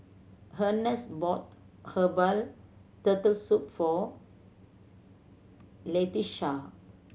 Earnest bought herbal Turtle Soup for Latesha